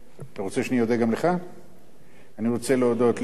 רוצה להודות למנהלת הוועדה,